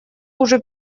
уже